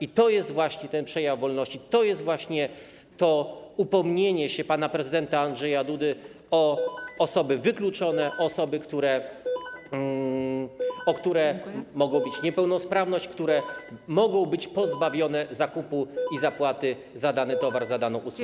I to jest właśnie ten przejaw wolności, to jest właśnie to upomnienie się pana prezydenta Andrzeja Dudy o osoby wykluczone, o osoby, które mogą mieć niepełnosprawność, które mogą być pozbawione zakupu i zapłaty za dany towar, za daną usługę.